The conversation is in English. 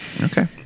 Okay